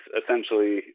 essentially